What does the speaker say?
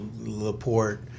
Laporte